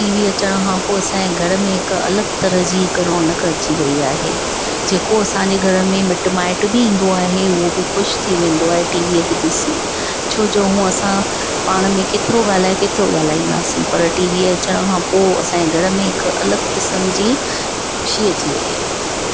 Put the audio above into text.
T V अचण खां पोइ असां जे घर में हिक अलगि तरह जी हिक रौनक अची वई आहे जेको असां जे घर में मिट माइट बि ईंदो आहे उहो बि ख़ुश थी वेंदो आहे टीवीअ खे ॾिसी छो जो हूअं असां पाण में केतिरो ॻाल्हाए केतिरो ॻाल्हाईंदासीं पर टीवीअ जे अचण खां पोइ असां जे घर में हिक अलगि क़िस्म जी ख़ुशी अची वई आहे